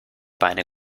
beine